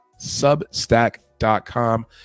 SubStack.com